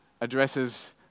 addresses